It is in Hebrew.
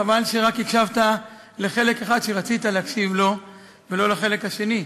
חבל שהקשבת רק לחלק אחד שרצית להקשיב לו ולא לחלק השני.